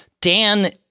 Dan